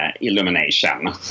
illumination